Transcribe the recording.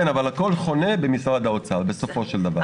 כן אבל הכל חונה במשרד האוצר בסופו של דבר.